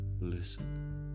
Listen